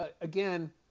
again